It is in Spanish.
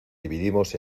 dividimos